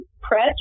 press